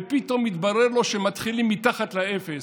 ופתאום מתברר לו שמתחילים מתחת לאפס.